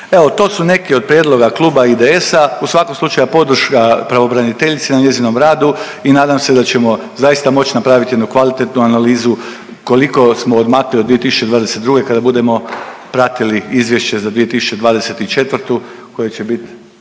Evo tu su neki od prijedloga kluba IDS-a, u svakom slučaju podrška pravobraniteljici na njezinom radu i nadam se ćemo zaista moć napravit jednu kvalitetnu analizu koliko smo odmakli od 2022. kada budemo pratili izvješće za 2024. koje će bit